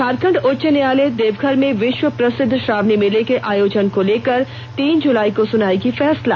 झारखंड उच्च न्यायालय देवघर में विष्व प्रसिद्ध श्रावणी मेले के आयोजन को लेकर तीन जुलाई को सुनायेगी फैसला